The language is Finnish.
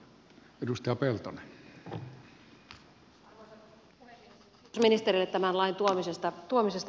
kiitos ministerille tämän lain tuomisesta eduskuntaan